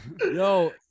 Yo